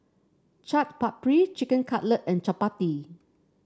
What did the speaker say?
Chaat Papri Chicken Cutlet and Chapati